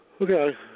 Okay